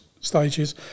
stages